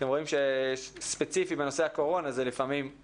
אתם רואים שספציפית בנושא הקורונה זה לפעמים,